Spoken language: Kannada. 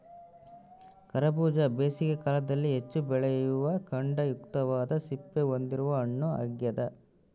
ಕರಬೂಜ ಬೇಸಿಗೆ ಕಾಲದಲ್ಲಿ ಹೆಚ್ಚು ಬೆಳೆಯುವ ಖಂಡಯುಕ್ತವಾದ ಸಿಪ್ಪೆ ಹೊಂದಿರುವ ಹಣ್ಣು ಆಗ್ಯದ